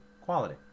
quality